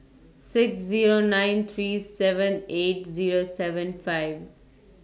six Zero nine three seven eight Zero seven five